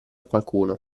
qualcuno